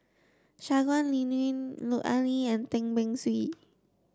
Shangguan Liuyun Lut Ali and Tan Beng Swee